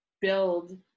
build